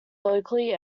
locally